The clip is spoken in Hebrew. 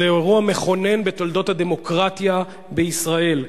זה אירוע מכונן בתולדות הדמוקרטיה בישראל.